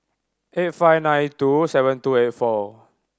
eight five nine two seven two eight four